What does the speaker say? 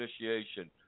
initiation